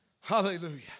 Hallelujah